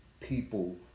people